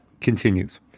continues